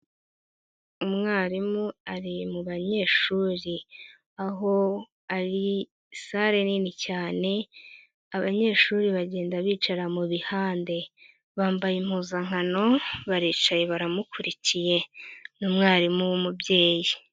Umwarimu ari mubanyeshuri aho ari sare nini cyane abanyeshuri bagenda bicara mu bihande, bambaye impuzankano baricaye baramukurikiye ni umwarimu w'umubyeyi.